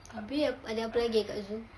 abeh ada apa lagi eh kat zoo